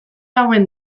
hauen